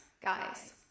guys